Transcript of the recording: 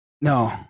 No